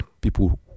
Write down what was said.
people